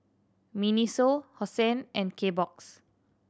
MINISO Hosen and K Box